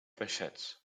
peixets